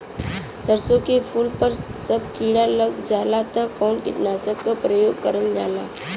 सरसो के फूल पर जब किड़ा लग जाला त कवन कीटनाशक क प्रयोग करल जाला?